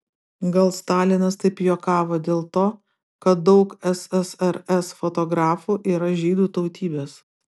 gal stalinas taip juokavo dėl to kad daug ssrs fotografų yra žydų tautybės